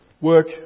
Work